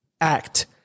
act